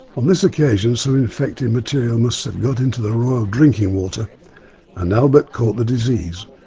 on this occasion some infected material must have got into the royal drinking water and albert caught the disease.